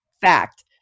Fact